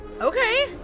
Okay